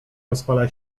rozpala